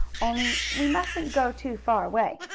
only we musn't go too far away.